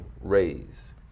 raise